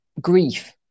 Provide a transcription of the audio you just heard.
grief